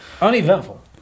Uneventful